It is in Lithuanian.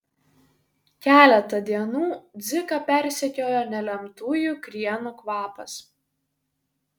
keletą dienų dziką persekiojo nelemtųjų krienų kvapas